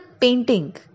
painting